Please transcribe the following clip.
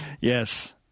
Yes